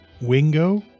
Wingo